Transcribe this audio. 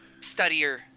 studier